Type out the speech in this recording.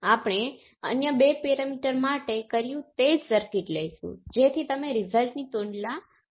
હવે ચાલો આપણે ઉદાહરણો પર પાછા જઈએ જેના માટે આપણે બે પોર્ટ પેરામિટર માટે બધાનું મૂલ્યાંકન કર્યું